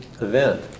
event